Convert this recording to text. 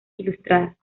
ilustradas